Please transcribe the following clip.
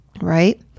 Right